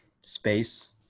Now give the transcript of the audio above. space